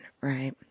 right